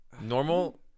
Normal